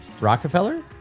Rockefeller